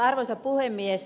arvoisa puhemies